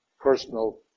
personal